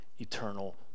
eternal